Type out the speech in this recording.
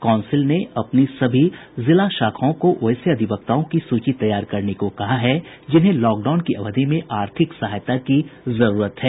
council ने अपनी सभी जिला शाखाओं को वैसे अधिवक्ताओं की सूची तैयार करने को कहा है जिन्हें लॉकडाउन की अवधि में आर्थिक सहायता की जरूरत है